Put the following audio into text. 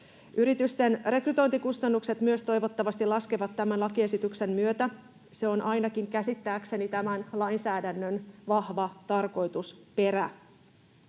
Yritysten rekrytointikustannukset myös toivottavasti laskevat tämän lakiesityksen myötä. Se on ainakin käsittääkseni tämän lainsäädännön vahva tarkoitusperä.